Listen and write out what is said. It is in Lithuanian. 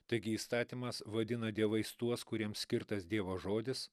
taigi įstatymas vadina dievais tuos kuriems skirtas dievo žodis